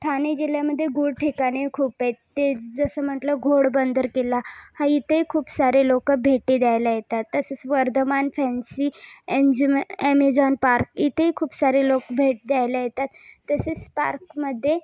ठाणे जिल्ह्यामध्ये गुड ठिकाणी खूप आहेत ते जसं म्हटलं घोडबंदर किल्ला हा इथेही खूप सारे लोक भेटी द्यायला येतात तसेच वर्धमान फॅन्सी अँजेम ॲमेझॉन पार्क इथेही खूप सारे लोक भेट द्यायला येतात तसेच पार्कमध्ये